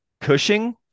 Cushing